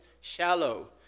shallow